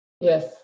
Yes